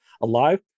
alive